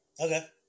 Okay